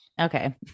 Okay